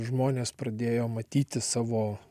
žmonės pradėjo matyti savo